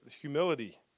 humility